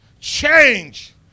Change